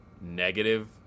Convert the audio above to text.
negative